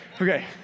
Okay